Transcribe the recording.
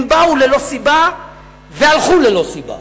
הם באו ללא סיבה והלכו ללא סיבה.